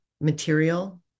material